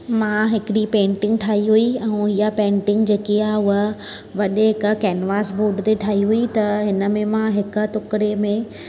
मां हिकिड़ी पेइटिंग ठाही हुई ऐं हिया पेइंटिंग जेकी आहे उहा वॾे हिक केनवास बोर्ड ते ठाही हुई त हिन में मां हिक टुकड़े में